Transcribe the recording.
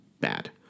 bad